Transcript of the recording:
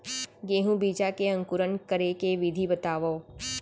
गेहूँ बीजा के अंकुरण करे के विधि बतावव?